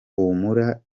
humura